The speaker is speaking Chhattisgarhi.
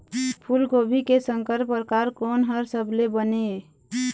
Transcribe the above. फूलगोभी के संकर परकार कोन हर सबले बने ये?